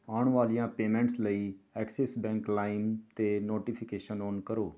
ਆਉਣ ਵਾਲੀਆਂ ਪੇਮੈਂਟਸ ਲਈ ਐਕਸਿਸ ਬੈਂਕ ਲਾਇਮ 'ਤੇ ਨੋਟੀਫਿਕੇਸ਼ਨ ਓਨ ਕਰੋ